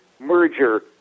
merger